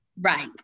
right